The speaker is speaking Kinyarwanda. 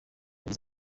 ati